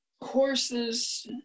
horses